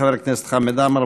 חבר הכנסת חמד עמאר,